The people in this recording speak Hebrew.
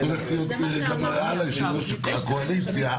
שהוכלת להיות יושבת-ראש הקואליציה,